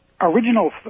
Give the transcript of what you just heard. original